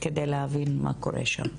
כדי להבין מה קורה שם.